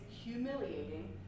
humiliating